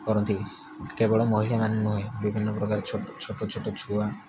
କରନ୍ତି କେବଳ ମହିଳାମାନେ ନୁହେଁ ବିଭିନ୍ନ ପ୍ରକାର ଛୋଟ ଛୋଟ ଛୋଟ ଛୁଆ